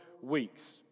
weeks